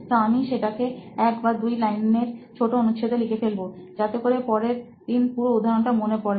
তো আমি সেটাকে এক বা দুই লাইনের ছোট অনুচ্ছেদ এ লিখে ফেলবো যাতে করে পরেরদিন পুরো উদাহরণটা মনে পড়ে